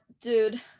dude